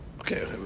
Okay